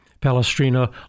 Palestrina